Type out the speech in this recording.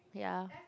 ya